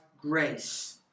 grace